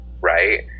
right